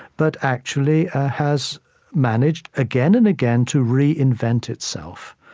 but actually has managed, again and again, to reinvent itself.